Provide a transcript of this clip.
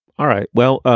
all right. well,